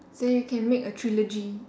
so you can make a trilogy